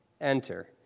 enter